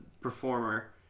performer